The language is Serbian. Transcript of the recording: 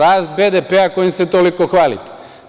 Rast BDP, kojim se toliko hvalite.